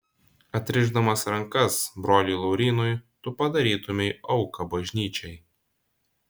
atrišdamas rankas broliui laurynui tu padarytumei auką bažnyčiai